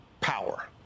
power